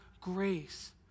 grace